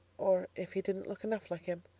or if he didn't look enough like him.